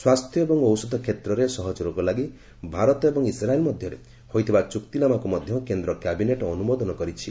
ସ୍ୱାସ୍ଥ୍ୟ ଏବଂ ଔଷଧ କ୍ଷେତ୍ରରେ ସହଯୋଗ ଲାଗି ଭାରତ ଏବଂ ଇସ୍ରାଏଲ୍ ମଧ୍ୟରେ ହୋଇଥିବା ଚୁକ୍ତିନାମାକୁ ମଧ୍ୟ କେନ୍ଦ୍ର କ୍ୟାବିନେଟ୍ ଅନୁମୋଦନ କରିଛି